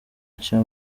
nshya